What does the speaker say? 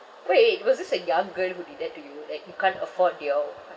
wait wait was this a young girl who did that to you like you can't afford your